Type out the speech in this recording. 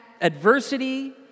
adversity